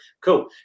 cool